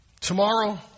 tomorrow